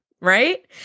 right